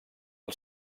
del